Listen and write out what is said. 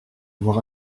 voir